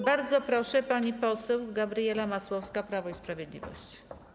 Bardzo proszę, pani poseł Gabriela Masłowska, Prawo i Sprawiedliwość.